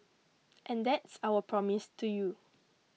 and that's our promise to you